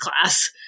class